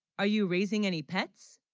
are you raising any pets